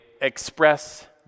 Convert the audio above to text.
express